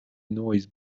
noise